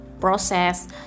process